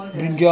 yes